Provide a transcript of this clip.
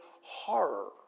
horror